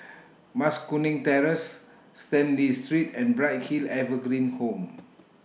Mas Kuning Terrace Stanley Street and Bright Hill Evergreen Home